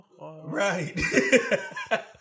Right